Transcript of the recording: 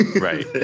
Right